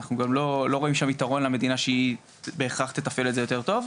אנחנו גם לא רואים שום יתרון למדינה שהיא בהכרח תתפעל את זה יותר טוב,